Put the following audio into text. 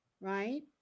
right